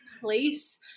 place